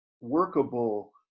workable